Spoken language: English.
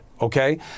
okay